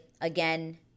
Again